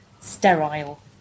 sterile